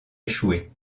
échouer